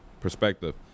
perspective